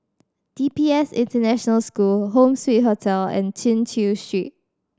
D P S International School Home Suite Hotel and Chin Chew Street